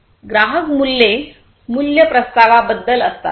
ग्राहक मूल्ये मूल्य प्रस्तावाबद्दल असतात